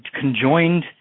conjoined